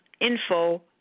info